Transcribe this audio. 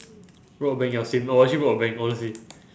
rob a bank ya same lor I'll actually rob a bank honestly